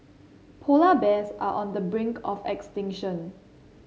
polar bears are on the brink of extinction